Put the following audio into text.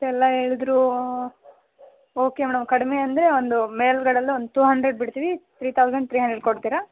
ಇಷ್ಟೆಲ್ಲ ಹೇಳಿದ್ರೂ okay madam ಕಡಿಮೆ ಅಂದರೆ ಒಂದು ಮೇಲುಗಡೆ ಅಲ್ಲಿ ಒಂದು ಟೂ ಹಂಡ್ರೆಡ್ ಬಿಡ್ತೀವಿ ತ್ರೀ ತೌಸಂಡ್ ತ್ರೀ ಹಂಡ್ರೆಡ್ ಕೊಡ್ತೀರಾ